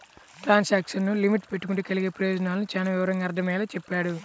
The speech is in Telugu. ట్రాన్సాక్షను లిమిట్ పెట్టుకుంటే కలిగే ప్రయోజనాలను చానా వివరంగా అర్థమయ్యేలా చెప్పాడు